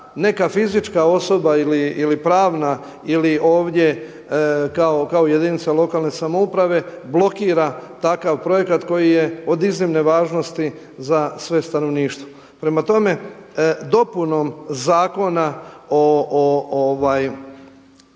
neka fizička osoba ili pravna ili ovdje kao jedinica lokalne samouprave blokira takav projekat koji je od iznimne važnosti za sve stanovništvo. Prema tome, dopunom Zakona o